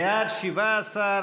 בעד, 17,